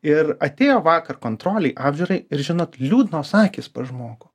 ir atėjo vakar kontrolei apžiūrai ir žinot liūdnos akys pas žmogų